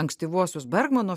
ankstyvuosius bergmano